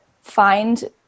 find